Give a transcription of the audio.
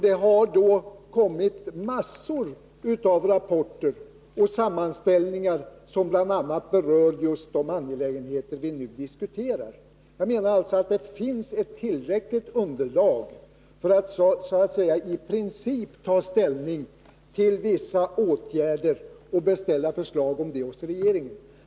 Det har kommit massor av rapporter och sammanställningar som berör bl.a. just de angelägenheter vi nu diskuterar. Jag menar alltså att det finns ett tillräckligt underlag för att så att säga i princip ta ställning till vissa åtgärder och beställa förslag om dessa hos regeringen.